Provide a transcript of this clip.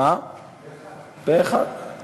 פה-אחד.